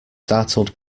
startled